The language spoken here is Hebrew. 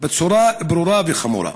בצורה ברורה וחמורה.